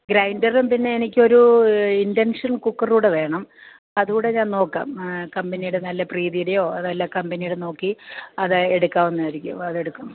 ഗ്രൈന്ഡറും പിന്നെ എനിക്കൊരു induction cooker കൂടെ വേണം അതു കൂടെ ഞാൻ നോക്കാം കമ്പനിയുടെ നല്ല പ്രീതിയുടെയോ നല്ല കമ്പനിയുടെ നോക്കി അതെടുക്കാവുന്നതായിരിക്കും അതെടുക്കാം